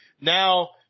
Now –